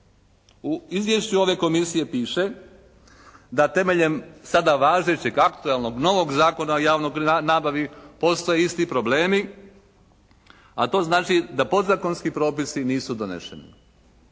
U izvješću ove komisije piše da temeljem sada važećeg aktualnog, novog Zakona o javnoj nabavi postoje isti problemi a to znači da podzakonski propisi nisu doneseni.